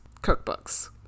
cookbooks